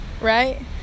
right